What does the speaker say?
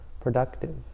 productive